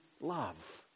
love